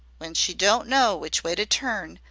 when she don't know which way to turn,